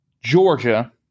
Georgia